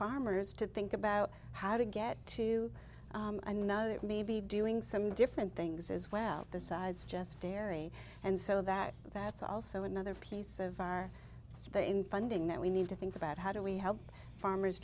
farmers to think about how to get to another maybe doing some different things as well besides just dairy and so that that's also another piece of our in funding that we need to think about how do we help farmers